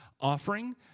offering